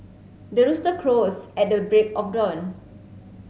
the rooster crows at the break of dawn